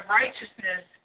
righteousness